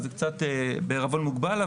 אז זה קצת בערבון מוגבל.